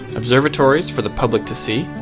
observatories for the public to see.